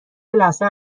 لثه